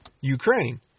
Ukraine